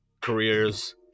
Careers